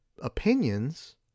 opinions